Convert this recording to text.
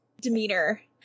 demeanor